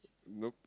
nope